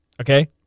Okay